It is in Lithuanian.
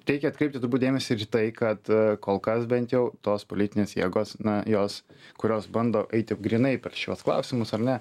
reikia atkreipti dėmesį ir į tai kad kol kas bent jau tos politinės jėgos na jos kurios bando eiti grynai per šiuos klausimus ar ne